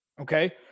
Okay